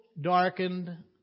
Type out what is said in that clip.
darkened